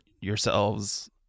yourselves